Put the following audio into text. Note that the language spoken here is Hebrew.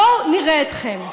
בואו נראה אתכם.